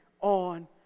on